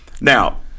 Now